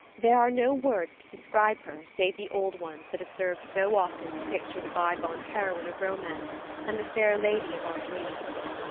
there are no words to describe her save the old ones that have served so often to picture the bygone heroine of romance and the fair lady of our dreams.